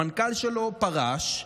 המנכ"ל שלו פרש,